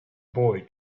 boy